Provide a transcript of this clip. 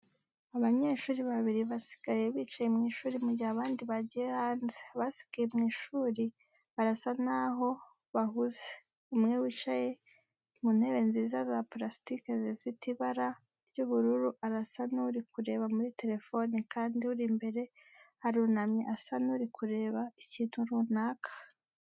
Abanyeshuri babiri basigaye bicaye mu ishuri mu gihe abandi bagiye hanze, abasigaye mu ishuri barasa n'aho abhuze umwe wicaye nu ntebe nziza za purasitike zifite ibara ry'ubururu arasa n'uri kureba muri terefone kandi uri imbere arunamye asa n'uri kureba ikintu runaka.